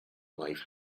life